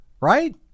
Right